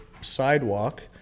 sidewalk